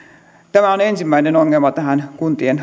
tämä valtionosuus on ensimmäinen ongelma tähän kuntien